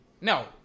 No